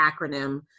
acronym